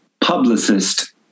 publicist